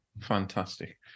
fantastic